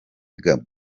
gabon